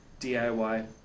DIY